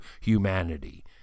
humanity